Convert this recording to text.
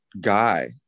guy